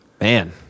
man